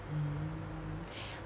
mm